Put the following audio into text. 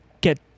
get